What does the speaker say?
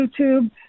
YouTube